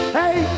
hey